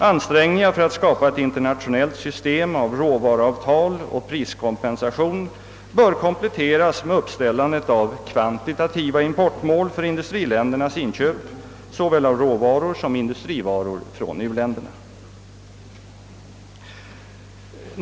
Ansträngningar för att skapa ett internationellt system av råvaruavtal och priskompensation bör kompletteras med uppställandet av kvantitativa importmål för industriländernas inköp av såväl råvaror som industrivaror från u-länderna.